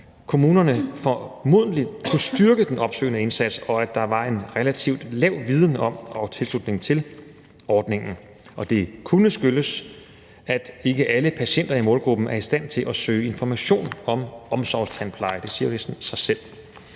kommunerne formodentlig kunne styrke den opsøgende indsats, og at der var en relativt lav viden om og tilslutning til ordningen. Det kunne skyldes, at ikke alle patienter i målgruppen er i stand til at søge information om omsorgstandpleje. Det siger næsten sig selv.